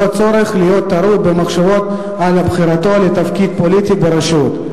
הצורך להיות טרוד במחשבות על בחירתו לתפקיד פוליטי ברשות.